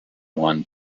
juan